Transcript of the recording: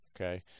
Okay